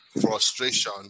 frustration